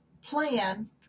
plan